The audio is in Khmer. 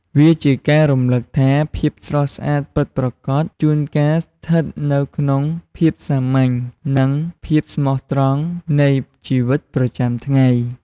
វាជាការរំលឹកថាភាពស្រស់ស្អាតពិតប្រាកដ ជួនកាលស្ថិតនៅក្នុងភាពសាមញ្ញ និងភាពស្មោះត្រង់នៃជីវិតប្រចាំថ្ងៃ។